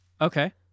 Okay